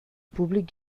públic